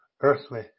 earthly